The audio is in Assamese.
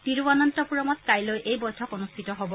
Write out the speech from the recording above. তিৰুৱনন্তপুৰমত কাইলৈ এই বৈঠক অনুষ্ঠিত হ'ব